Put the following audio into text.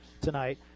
tonight